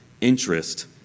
interest